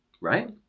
right